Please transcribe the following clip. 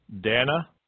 Dana